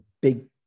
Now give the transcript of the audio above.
big